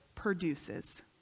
produces